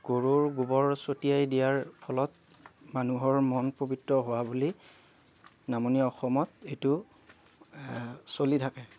গৰুৰ গোবৰ ছটিয়াই দিয়াৰ ফলত মানুহৰ মন পবিত্ৰ হোৱা বুলি নামনি অসমত এইটো চলি থাকে